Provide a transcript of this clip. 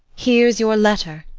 here's your letter.